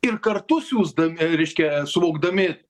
ir kartu siųsdami reiškia suvokdami